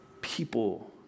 People